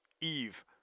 Eve